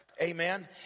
Amen